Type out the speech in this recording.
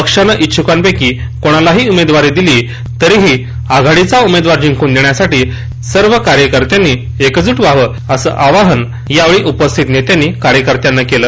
पक्षाने इच्छुकांपक्षी कोणालाही ऊमेदवारी दिली तरीही आघाडीचा उमेदवार जिंकून देण्यासाठी सर्व कार्यकर्त्यांनी एकजूट व्हावे असे आवाहन यावेळी उपस्थित नेत्यांनी कार्यकर्त्यांना केले